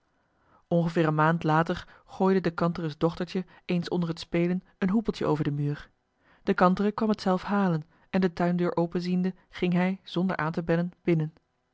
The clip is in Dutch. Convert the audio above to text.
ongeveer een maand later gooide de kantere's dochtertje eens onder het spelen een hoepeltje over de muur de kantere kwam t zelf halen en de tuindeur open ziende ging hij zonder aan te bellen binnen